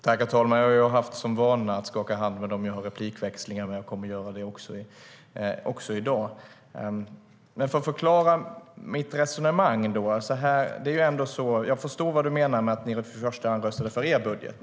Herr talman! Jag har haft som vana att skaka hand med dem jag har replikväxlingar med och kommer att göra det också i dag. För att förklara mitt resonemang: Jag förstår vad du menar med att ni i första hand röstade för er budget.